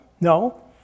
No